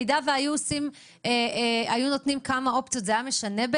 אם היו נותנים כמה אופציות זה היה משנה?